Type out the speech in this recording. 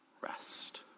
rest